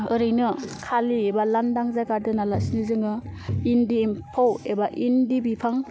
ओरैनो खालि एबा लांदां जायगा दोना लासेनो जोङो इन्दि एम्फौ एबा इन्दि बिफां